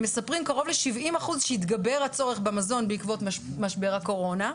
הם מספרים שאצל קרוב ל-70% התגבר הצורך במזון בעקבות משבר הקורונה.